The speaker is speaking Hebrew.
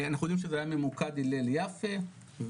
אנחנו יודעים שזה היה ממוקד הלל יפה ואין